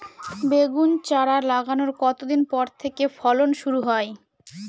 বেগুন চারা লাগানোর কতদিন পর থেকে ফলন শুরু হয়?